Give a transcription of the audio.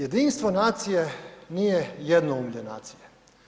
Jedinstvo nacije nije jednoumlje nacije.